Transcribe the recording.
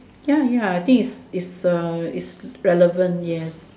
ya ya I think it's it's a it's relevant yes